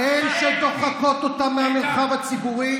הן שדוחקות אותן מהמרחב הציבורי,